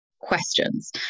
questions